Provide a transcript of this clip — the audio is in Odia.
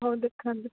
ହଉ ଦେଖାନ୍ତୁ